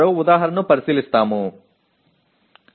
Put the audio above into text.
இன்னும் ஒரு உதாரணத்தைப் பார்ப்போம்